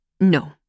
No